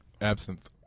Absinthe